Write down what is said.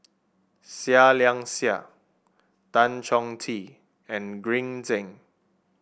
Seah Liang Seah Tan Chong Tee and Green Zeng